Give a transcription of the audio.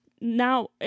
Now